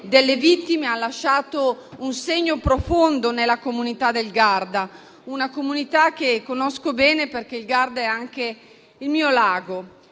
delle vittime, ha lasciato un segno profondo nella comunità del Garda, una comunità che conosco bene, perché il Garda è anche il mio lago.